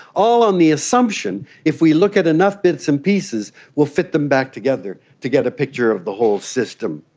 all on the assumption if we look at enough bits and pieces we will fit them back together to get a picture of the whole system.